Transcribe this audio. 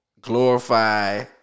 glorify